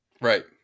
right